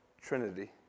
Trinity